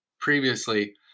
previously